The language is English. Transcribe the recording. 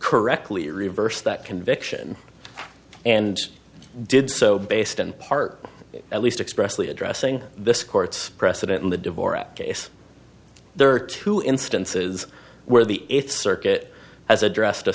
correctly reversed that conviction and did so based in part at least expressly addressing this court's precedent in the divorce case there are two instances where the eighth circuit has addressed a